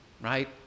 right